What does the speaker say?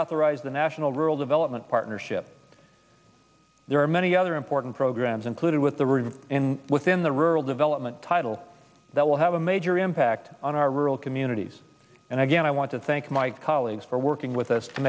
authorize the national rural development partnership there are many other important programs included with the river within the rural development title that will have a major impact on our rural communities and again i want to thank my colleagues for working with us to